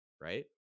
right